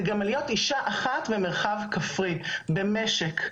זה גם על להיות אישה אחת במרחב גברי, במשק.